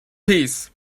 piece